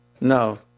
No